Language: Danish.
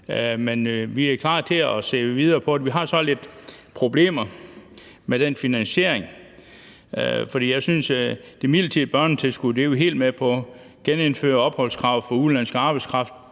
Men vi er klar til at se videre på det. Vi har så lidt problemer med den finansiering. Vi er helt med på det med det midlertidige børnetilskud, og at genindføre opholdskravet for udenlandsk arbejdskraft,